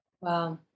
Wow